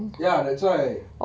ya that's why